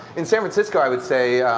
in san francisco i would say,